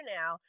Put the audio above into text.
now